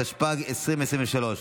התשפ"ג 2023,